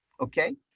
okay